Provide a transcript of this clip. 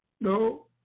No